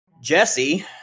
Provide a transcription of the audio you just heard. Jesse